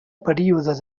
període